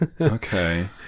Okay